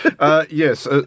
Yes